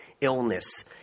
illness